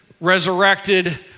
resurrected